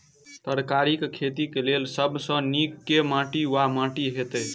तरकारीक खेती केँ लेल सब सऽ नीक केँ माटि वा माटि हेतै?